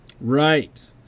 Right